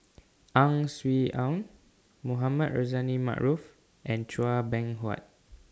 Ang Swee Aun Mohamed Rozani Maarof and Chua Beng Huat